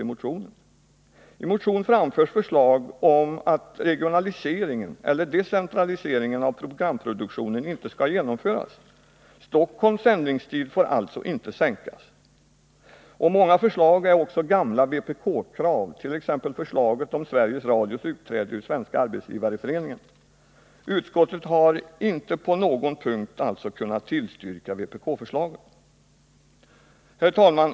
I motionen framförs förslag om att regionaliseringen eller decentraliseringen av programproduktionen inte skall genomföras — Stockholms sändningstid får alltså inte minskas. Många förslag är också gamla vpk-krav, t.ex. förslaget om Sveriges Radios utträde ur Svenska arbetsgivareföreningen. Utskottet har som sagt inte på någon punkt kunnat tillstyrka vpk-förslagen.